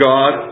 God